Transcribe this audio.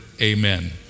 amen